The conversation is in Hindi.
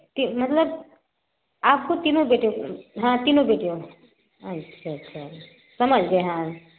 ति मतलब आपको तीनों बेटे हाँ तीनों बेटेयों अच्छा अच्छा समझ गए हाँ